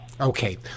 Okay